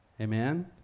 amen